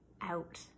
out